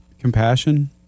compassion